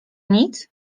nic